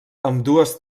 ambdues